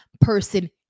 person